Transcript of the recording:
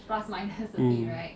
mm